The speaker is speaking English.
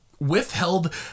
withheld